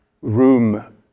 room